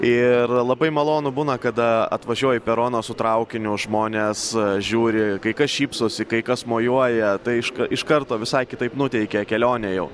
ir labai malonu būna kada atvažiuoji į peroną su traukiniu žmonės žiūri kai kas šypsosi kai kas mojuoja tai iš karto visai kitaip nuteikia kelionė jau